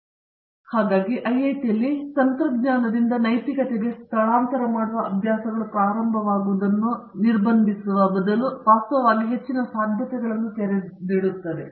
professor Rajesh Kumar ಹಾಗಾಗಿ ಐಐಟಿಯಲ್ಲಿ ತಂತ್ರಜ್ಞಾನದಿಂದ ನೈತಿಕತೆಗೆ ಸ್ಥಳಾಂತರ ಮಾಡುವ ಅಭ್ಯಾಸಗಳು ಪ್ರಾರಂಭವಾಗುವುದನ್ನು ನಿರ್ಬಂಧಿಸುವ ಬದಲು ವಾಸ್ತವವಾಗಿ ಹೆಚ್ಚಿನ ಸಾಧ್ಯತೆಗಳನ್ನು ತೆರೆಯುತ್ತದೆ